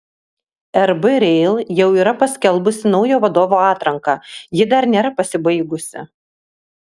rb rail jau yra paskelbusi naujo vadovo atranką ji dar nėra pasibaigusi